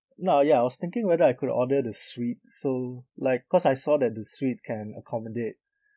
now ya I was thinking whether I could order the suite so like cause I saw that the suite can accommodate